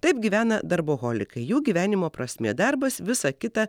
taip gyvena darboholikai jų gyvenimo prasmė darbas visa kita